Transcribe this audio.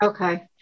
Okay